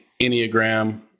Enneagram